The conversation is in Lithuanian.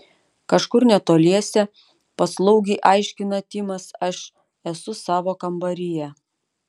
kažkur netoliese paslaugiai aiškina timas aš esu savo kambaryje